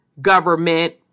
government